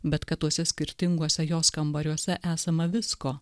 bet kad tuose skirtinguose jos kambariuose esama visko